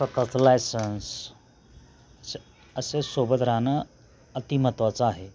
प्रकारचं लायसन्स असे सोबत राहणं अति महत्वाचं आहे